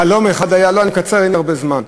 אני מקצר, אין לי הרבה זמן.